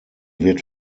wird